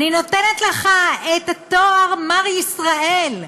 אני נותנת לך את התואר "מר ישראל".